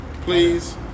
please